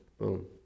boom